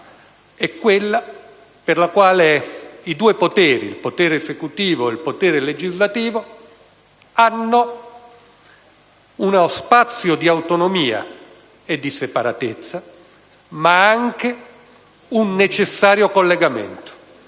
è quella per la quale i due poteri, quello esecutivo e quello legislativo, hanno uno spazio di autonomia e di separatezza ma anche un necessario collegamento